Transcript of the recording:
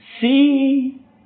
See